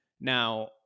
Now